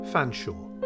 Fanshawe